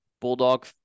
Bulldog